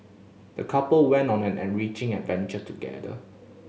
the couple went on an enriching adventure together